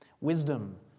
Wisdom